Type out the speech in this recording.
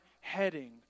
heading